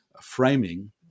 framing